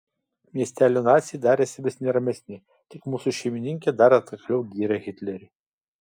miestelio naciai darėsi vis neramesni tik mūsų šeimininkė dar atkakliau gyrė hitlerį